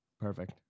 perfect